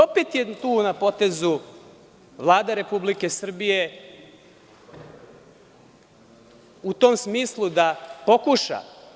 Opet je tu na potezu Vlada Republike Srbije u tom smislu da pokuša.